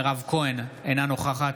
אינו נוכח מירב כהן, אינה נוכחת